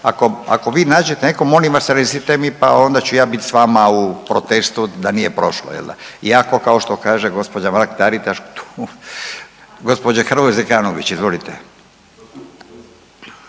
ako vi nađete neko molim vas recite mi pa onda ću ja biti s vama u protestu da nije prošlo jel da, i ako kao što kaže gospođa Mrak Taritaš. Gospođa Hrvoje Zekanović, izvolite.